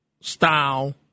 style